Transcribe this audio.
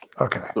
Okay